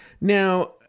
Now